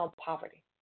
poverty